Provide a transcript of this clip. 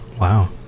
Wow